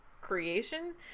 creation